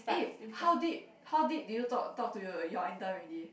eh how deep how deep did you talk talk to your intern already